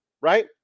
right